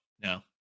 No